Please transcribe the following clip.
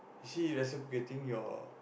she reciprocating your